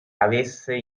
avesse